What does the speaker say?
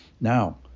Now